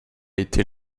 été